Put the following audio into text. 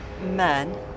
men